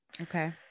Okay